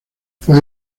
fue